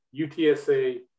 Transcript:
UTSA